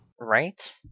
Right